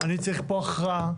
אני צריך פה הכרעה,